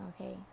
Okay